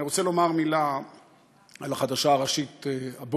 אני רוצה לומר על החדשה הראשית הבוקר,